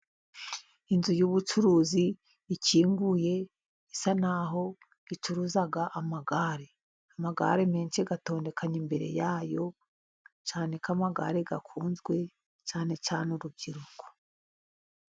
Inzu y'ubucuruzi ikinguye isa n'aho icuruza amagare, amagare menshi atondekanye imbere yayo, cyane ko amagare akunzwe cyane cyane urubyiruko.